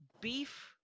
beef